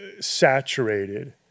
saturated